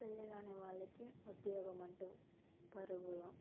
పెళ్ళిగానే వాళ్ళకి ఉద్యోగమంటూ పరుగులు